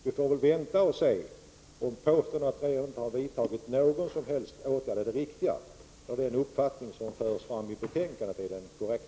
Vi får väl vänta och se om påståendet att regeringen inte har vidtagit någon som helst åtgärd är riktigt eller om den uppfattning som framförs i betänkandet är den korrekta.